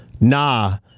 Nah